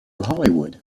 hollywood